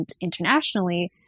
internationally